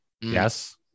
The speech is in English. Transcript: yes